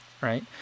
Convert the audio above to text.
right